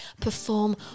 perform